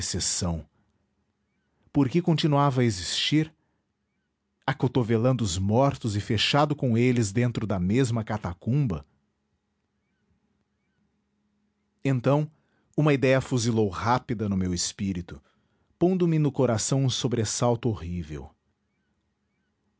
exceção por que continuava a existir acotovelando os mortos e fechado com eles dentro da mesma catacumba então uma idéia fuzilou rápida no meu espírito pondo me no coração um sobressalto horrível